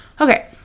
okay